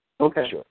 Okay